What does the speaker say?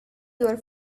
your